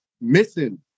missing